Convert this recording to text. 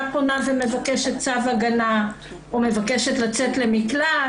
פונה ומבקשת צו הגנה או מבקשת לצאת למקלט,